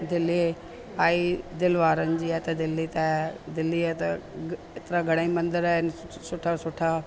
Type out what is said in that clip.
दिल्ली आहे दिलि वारनि जी आहे त दिल्ली त दिल्लीअ त एतिरा घणा ई मंदिर आहिनि सुठा सुठा